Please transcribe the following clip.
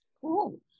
Cool